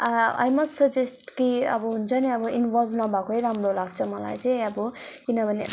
I must suggest कि अब हुन्छ नि अब इन्भल्भ नभएकै राम्रो लाग्छ मलाई चाहिँ अब किनभने